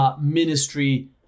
ministry